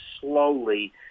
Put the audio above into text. slowly